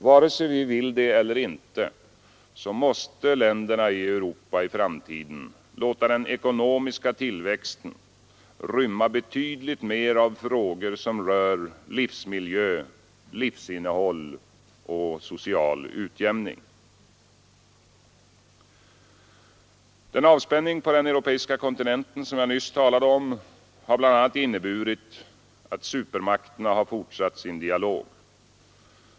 Vare sig vi vill det eller ej måste länderna i Europa i framtiden låta den ekonomiska tillväxten rymma betydligt mer av frågor som rör livsmiljö, livsinnehåll och social utjämning. Den avspänning på den europeiska kontinenten som jag nyss talade om har bl.a. inneburit att supermakterna fortsatt sin dialog.